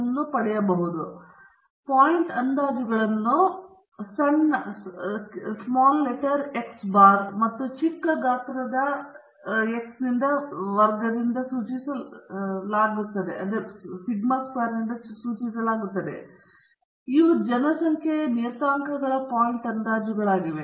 ಆದ್ದರಿಂದ ಪಾಯಿಂಟ್ ಅಂದಾಜುಗಳನ್ನು ಸಣ್ಣ X ಬಾರ್ ಮತ್ತು ಚಿಕ್ಕ ಗಾತ್ರದ ವರ್ಗದಿಂದ ಸೂಚಿಸಲಾಗುತ್ತದೆ ಮತ್ತು ಇವು ಜನಸಂಖ್ಯೆಯ ನಿಯತಾಂಕಗಳ ಪಾಯಿಂಟ್ ಅಂದಾಜುಗಳಾಗಿವೆ